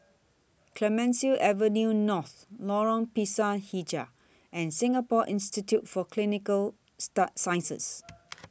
Clemenceau Avenue North Lorong Pisang Hijau and Singapore Institute For Clinical Sciences